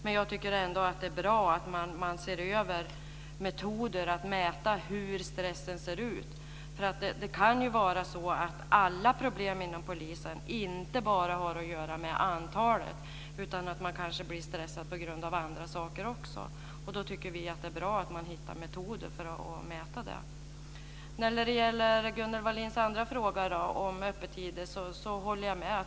Men jag tycker ändå att det är bra att man ser över metoder för att mäta hur stressen ser ut. Det kan ju vara så att inte alla problem inom polisen bara har att göra med antalet. Man kan bli stressad av andra saker också. Då tycker vi att det är bra att hittar metoder för att mäta detta. När det gäller Gunnel Wallins andra fråga, om öppettider, håller jag med.